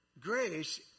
Grace